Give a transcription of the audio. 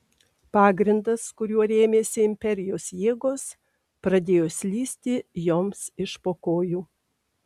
pagrindas kuriuo rėmėsi imperijos jėgos pradėjo slysti joms iš po kojų